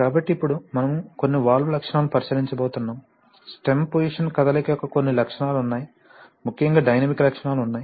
కాబట్టి ఇప్పుడు మనము కొన్ని వాల్వ్ లక్షణాలను పరిశీలించబోతున్నాము స్టెమ్ పోసిషన్ కదలిక యొక్క కొన్ని లక్షణాలు ఉన్నాయి ముఖ్యంగా డైనమిక్ లక్షణాలు ఉన్నాయి